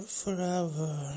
forever